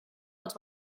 als